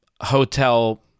hotel